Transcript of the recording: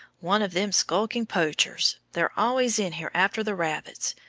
one of them skulking poachers they're always in here after the rabbits.